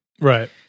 Right